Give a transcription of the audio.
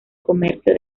comercio